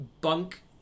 bunk